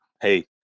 Hey